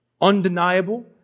undeniable